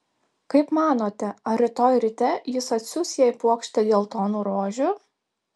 kaip manote ar rytoj ryte jis atsiųs jai puokštę geltonų rožių